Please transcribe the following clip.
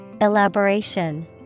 Elaboration